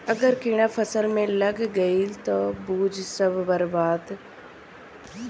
अगर कीड़ा फसल में लाग गईल त बुझ सब बर्बाद